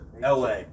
LA